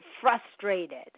frustrated